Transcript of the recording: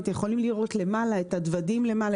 אתם יכולים לראות את הדוודים למעלה.